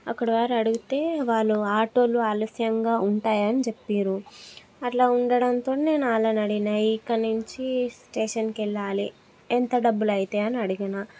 అక్కడ వారు అడిగితే వాళ్ళు ఆటోలు ఆలస్యంగా ఉంటాయని చెప్పారు అట్లా ఉండటంతో నేను వాళ్ళని అడిగాను ఇక్కడి నుంచి స్టేషన్కి వెళ్ళాలి ఎంత డబ్బులు అవుతాయి అని అడిగాను